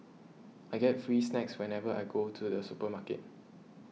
I get free snacks whenever I go to the supermarket